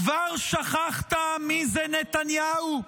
כבר שכחת מי זה נתניהו?